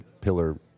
pillar